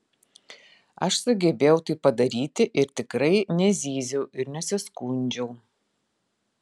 aš sugebėjau tai padaryti ir tikrai nezyziau ir nesiskundžiau